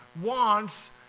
wants